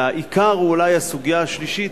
והעיקר הוא אולי הסוגיה השלישית,